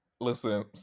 Listen